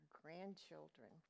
grandchildren